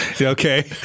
Okay